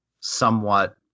somewhat